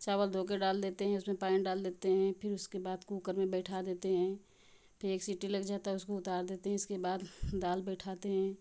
चावल धोके डाल देते हैं उसमें पानी डाल देते हैं फिर उसके बाद कूकर में बैठा देते हैं फिर एक सीटी लग जाता है उसको उतार देते हैं इसके बाद दाल बैठाते हैं